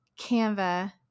Canva